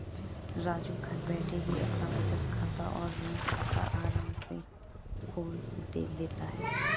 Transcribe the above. राजू घर बैठे ही अपना बचत खाता और ऋण खाता आराम से देख लेता है